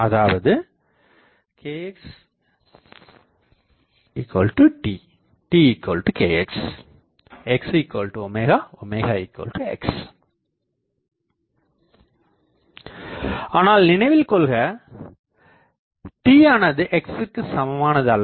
அதாவது kxt x ஆனால் நினைவில்கொள்க t ஆனது x ற்கு சமமானது அல்ல